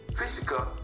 physical